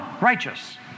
righteous